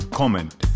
comment